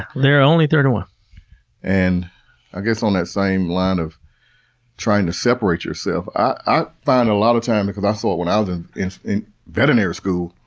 there are only thirty-one. and i guess on that same line of trying to separate yourself, i find a lot of times, because i saw it when i was in in veterinary school,